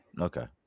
Okay